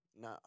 No